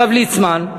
הרב ליצמן,